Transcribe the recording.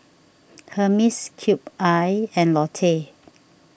Hermes Cube I and Lotte